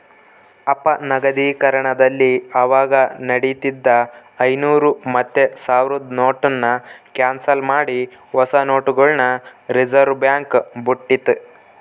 ಅಪನಗದೀಕರಣದಲ್ಲಿ ಅವಾಗ ನಡೀತಿದ್ದ ಐನೂರು ಮತ್ತೆ ಸಾವ್ರುದ್ ನೋಟುನ್ನ ಕ್ಯಾನ್ಸಲ್ ಮಾಡಿ ಹೊಸ ನೋಟುಗುಳ್ನ ರಿಸರ್ವ್ಬ್ಯಾಂಕ್ ಬುಟ್ಟಿತಿ